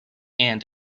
and